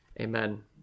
Amen